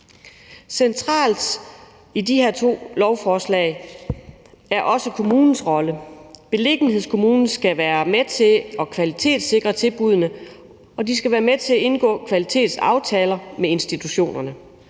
Centralt i de her to lovforslag er også kommunens rolle. Beliggenhedskommunen skal være med til at kvalitetssikre tilbuddene, og kommunerne skal være med til at indgå kvalitetsaftaler med institutionerne